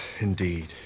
indeed